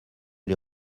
les